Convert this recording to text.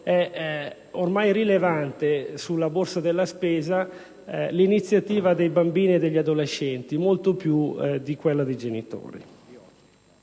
ormai rilevante sulla borsa della spesa l'iniziativa dei bambini e degli adolescenti, molto più elevata di quella dei genitori.